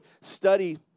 study